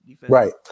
Right